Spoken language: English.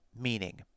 meaning